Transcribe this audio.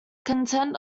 content